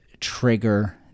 trigger